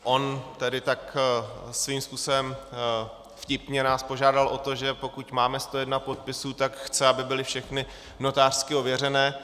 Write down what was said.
On tedy tak svým způsobem nás vtipně požádal o to, že pokud máme 101 podpisů, tak chce, aby byly všechny notářsky ověřené.